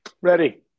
Ready